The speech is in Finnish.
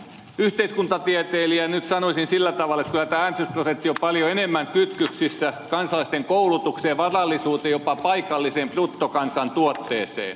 yhteiskuntatieteilijä nyt sanoisi sillä tavalla että kyllä tämä äänestysprosentti on paljon enemmän kytköksissä kansalaisten koulutukseen ja varallisuuteen jopa paikalliseen bruttokansantuotteeseen